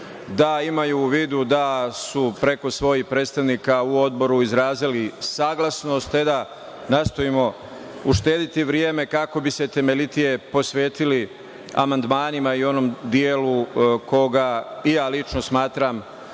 da imaju u vidu da su preko svojih predstavnika u Odboru izrazili saglasnost, te da nastojimo uštedeti vreme kako bi se temeljitije posvetili amandmanima i onom delu koga lično smatram